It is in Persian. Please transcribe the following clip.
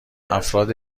افراد